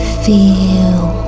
feel